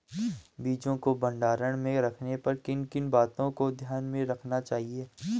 बीजों को भंडारण में रखने पर किन किन बातों को ध्यान में रखना चाहिए?